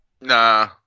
Nah